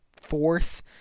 fourth